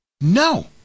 no